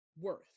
Worth